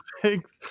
Thanks